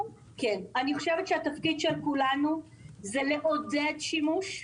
אני חושבת שהתפקיד של כולנו הוא לעודד שימוש.